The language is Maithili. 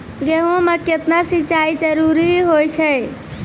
गेहूँ म केतना सिंचाई जरूरी होय छै?